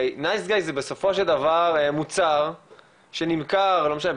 יחד עם חומר נוגד קרישה מסוכן ביותר שגם נמצא בחומרים האלה.